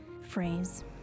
phrase